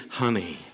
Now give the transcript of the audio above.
honey